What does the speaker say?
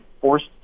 forced